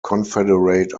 confederate